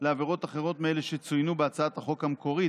לעבירות אחרות מאלו שצוינו בהצעת החוק המקורית,